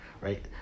right